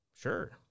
sure